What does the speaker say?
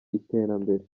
iterambere